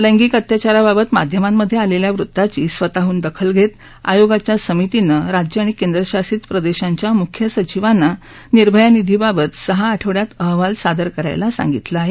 लैंगिक अत्याचारबाबत माध्यमांमधे आलेल्या वृत्ताची दखल घेत आयोगाच्या समितीनं राज्य आणि केंद्रशासित प्रदेशांच्या मुख्य सचिवांना निर्भया निधीबाबत सहा आठवड्यात अहवाल सादर करायला सांगितलं आहे